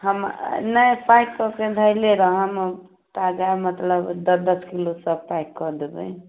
हम नहि पैक कऽके धएले रहम हम ताजा मतलब दश दश किलो सब पैक कऽ देबै